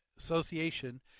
association